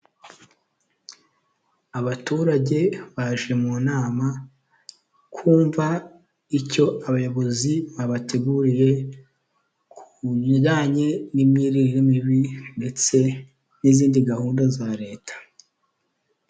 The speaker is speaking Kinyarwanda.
Abaturage baje mu nama kumva icyo abayobozi babateguriye ku bijyanye n'imyirire mibi ndetse n'izindi gahunda za leta.